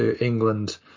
England